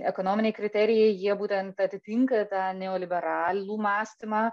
ekonominiai kriterijai jie būtent atitinka tą neoliberalų mąstymą